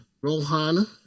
Rohan